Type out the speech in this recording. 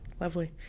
lovely